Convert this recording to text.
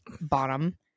bottom